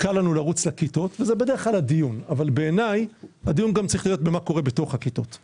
בערים בצביון אחר.